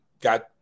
got